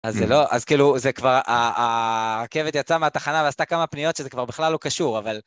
אז זה לא, אז כאילו, זה כבר, הרכבת יצאה מהתחנה ועשתה כמה פניות שזה כבר בכלל לא קשור, אבל...